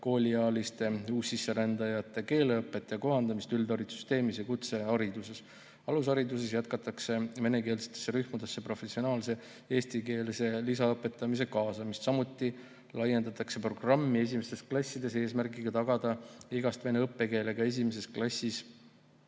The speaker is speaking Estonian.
kooliealiste uussisserändajate keeleõpet ja kohanemist üldharidussüsteemis ja kutsehariduses. Alushariduses jätkatakse venekeelsetesse rühmadesse professionaalse eestikeelse lisaõpetuse kaasamist, samuti laiendatakse programmi esimestes klassides eesmärgiga tagada igas vene õppekeelega esimeses klassis